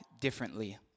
differently